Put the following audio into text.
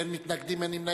מי נמנע?